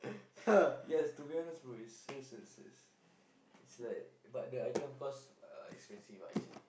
yes to be honest bro it's serious serious serious it's like but the item cost uh expensive ah actually